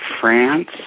France